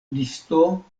listo